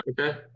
Okay